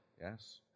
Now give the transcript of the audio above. Yes